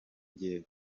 njyewe